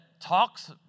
talks